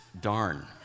darn